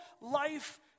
life